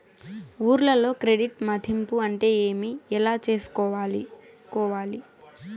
ఊర్లలో క్రెడిట్ మధింపు అంటే ఏమి? ఎలా చేసుకోవాలి కోవాలి?